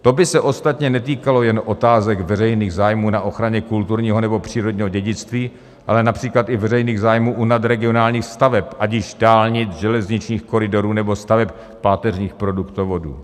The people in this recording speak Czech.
To by se ostatně netýkalo jen otázek veřejných zájmů na ochranu kulturního nebo přírodního dědictví, ale například i veřejných zájmů u nadregionálních staveb, ať již dálnic, železničních koridorů nebo staveb páteřních produktovodů.